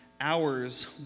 Hours